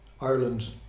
Ireland